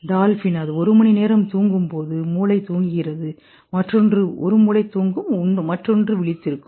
dolphin அது 1 மணி நேரம் தூங்கும்போது மூளை தூங்குகிறது மற்றொன்று விழித்திருக்கும்